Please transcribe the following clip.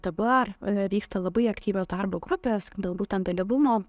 dabar e vyksta labai aktyvios darbo grupės dėl būtent dalyvumo